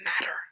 matter